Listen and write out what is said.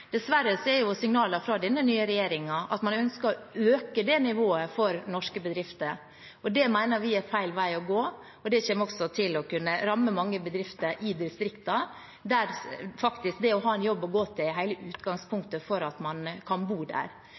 Dessverre er signalene fra den nye regjeringen at man ønsker å øke det nivået for norske bedrifter. Det mener vi er feil vei å gå. Det kan komme til å ramme mange bedrifter i distriktene, der det å ha en jobb å gå til er hele utgangspunktet for å kunne bo der.